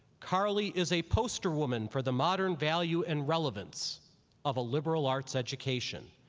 carly is a poster woman for the modern value and relevance of a liberal arts education.